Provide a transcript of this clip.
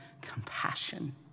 Compassion